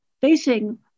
facing